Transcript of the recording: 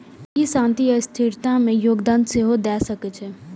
ई शांति आ स्थिरता मे योगदान सेहो दए सकै छै